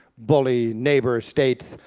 bully neighbor states,